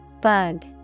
Bug